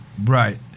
Right